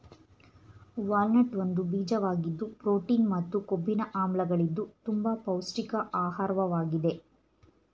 walnut ಒಂದು ಬೀಜವಾಗಿದ್ದು protein ಮತ್ತು ಕೊಬ್ಬಿನ ಆಮ್ಲಗಳಿದ್ದು ತುಂಬ ಪೌಷ್ಟಿಕ ಆಹಾರ್ವಾಗಿದೆ